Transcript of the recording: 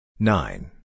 Nine